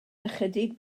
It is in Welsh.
ychydig